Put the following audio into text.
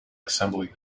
assembly